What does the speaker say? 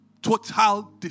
Total